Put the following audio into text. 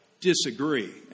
disagree